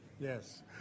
Yes